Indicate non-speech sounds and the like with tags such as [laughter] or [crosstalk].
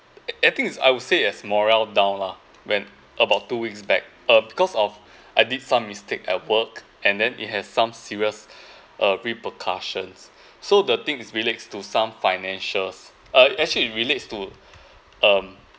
[noise] I think it's I would say as morale down lah when about two weeks back uh because of I did some mistake at work and then it has some serious uh repercussions so the thing is relates to some financial uh actually it relates to um